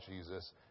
Jesus